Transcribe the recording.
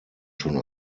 schon